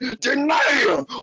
deny